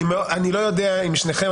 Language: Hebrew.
אני לא יודע אם שניכם,